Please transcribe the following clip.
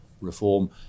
reform